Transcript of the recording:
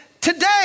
Today